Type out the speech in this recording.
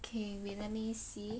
K wait let me see